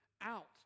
out